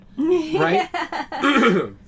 right